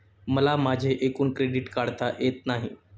मला माझे एकूण क्रेडिट काढता येत नाही